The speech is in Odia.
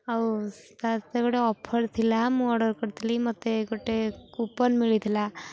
ଆଉ ତା'ର ତ ଗୋଟେ ଅଫର୍ ଥିଲା ମୁଁ ଅର୍ଡ଼ର୍ କରିଥିଲି ମୋତେ ଗୋଟେ କୁପନ୍ ମିଳିଥିଲା